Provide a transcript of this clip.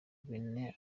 guinea